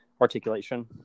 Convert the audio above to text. articulation